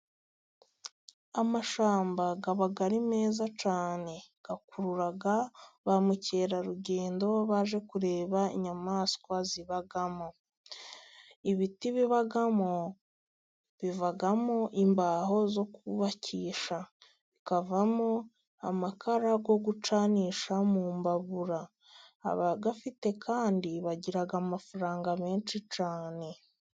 Amashyamba aba ari meza cyane ,akurura ba mukerarugendo baje kureba inyamaswa zibamo ibiti bibamo bivamo imbaho zo kubakisha ,bikavamo amakara yo gucanisha mu mbabura, aba afite kandi bagira amafaranga menshi cyane.